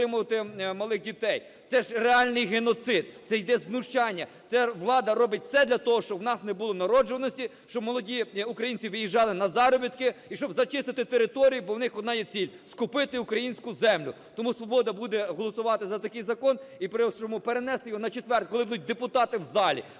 малих дітей? Це ж реальний геноцид, це йде знущання, це влада робить все для того, щоб в нас не було народжуваності, щоб молоді українці виїжджали на заробітки і щоб зачистити територію, бо в них одна є ціль: скупити українську землю. Тому "Свобода" буде голосувати за такий закон, і просимо перенести його на четвер, коли будуть депутати в залі,